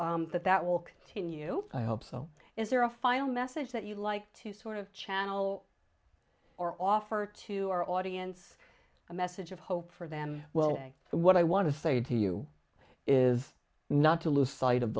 that that will continue i hope so is there a final message that you'd like to sort of channel or offer to our audience a message of hope for than well what i want to say to you is not to lose sight of